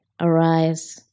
arise